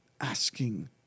asking